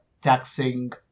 taxing